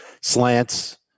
slants